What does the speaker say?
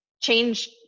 change